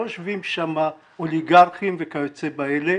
לא יושבים שם אוליגרכים וכיוצא באלה,